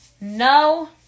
No